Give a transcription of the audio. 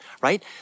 right